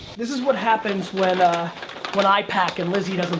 this is what happens when ah when i pack and lizzie